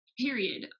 period